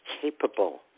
capable